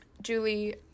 Julie